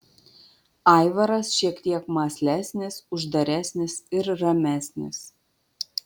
aivaras šiek tiek mąslesnis uždaresnis ir ramesnis